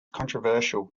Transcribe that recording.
controversial